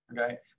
Okay